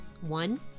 one